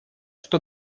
что